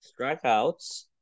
strikeouts